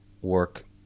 work